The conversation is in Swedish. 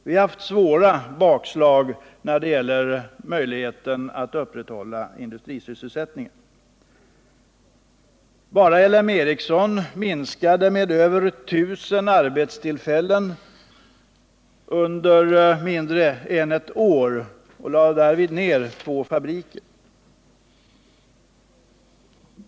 Vi har haft svåra bakslag när det gäller möjligheten att upprätthålla industrisysselsättningen. Bara L M Ericsson minskade med över 1000 arbetstillfällen på kortare tid än ett år och lade därvid ned två fabriker.